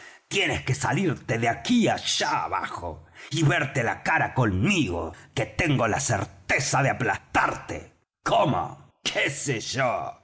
tienes que salirte de aquí allá abajo y verte la cara conmigo que tengo la certeza de aplastarte cómo qué sé yo